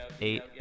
eight